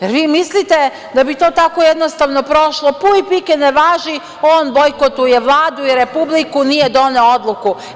Da li vi mislite da bi to tako jednostavno prošlo - puj pike, ne važi, on bojkotuje Vladu i Republiku, nije doneo odluku.